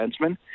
defenseman